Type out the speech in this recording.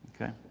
okay